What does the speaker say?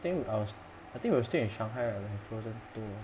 think I was I think we were still in shanghai right when have frozen two